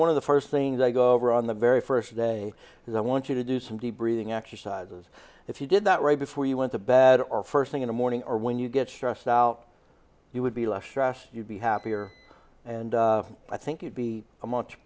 one of the first things i go over on the very first day is i want you to do some deep breathing exercises if you did that right before you went to bed or first thing in the morning or when you get stressed out you would be less stressed you'd be happier and i think you'd be a much